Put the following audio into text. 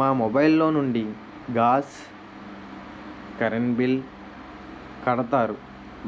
మా మొబైల్ లో నుండి గాస్, కరెన్ బిల్ కడతారు